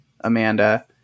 Amanda